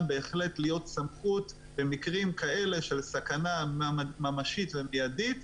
בהחלט להיות סמכות במקרים כאלה של סכנה ממשית ומיידית,